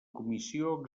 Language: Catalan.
comissió